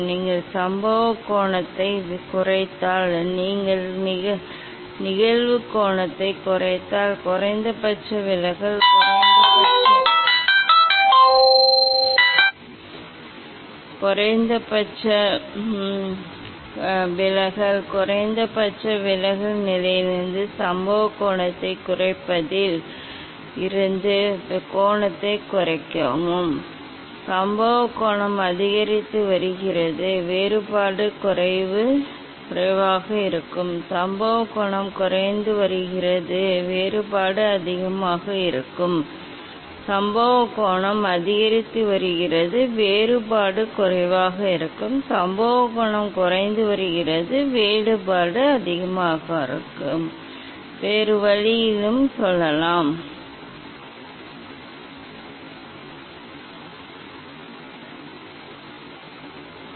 நீங்கள் சம்பவ கோணத்தை குறைத்தால் நீங்கள் நிகழ்வு கோணத்தைக் குறைத்தால் குறைந்தபட்ச விலகல் குறைந்தபட்ச விலகல் நிலையிலிருந்து சம்பவக் கோணத்தைக் குறைப்பதில் இருந்து கோணத்தைக் குறைக்கவும் பின்னர் வேறுபாடு அதிகமாக இருக்கும் சம்பவம் கோணம் அதிகரித்து வருகிறது வேறுபாடு குறைவாக இருக்கும் சம்பவம் கோணம் குறைந்து வருகிறது வேறுபாடு அதிகமாக இருக்கும் வேறு வழியிலும் சொல்லலாம் நான் சொன்ன விஷயங்கள் இங்கே புரியும்